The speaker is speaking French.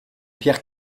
pierre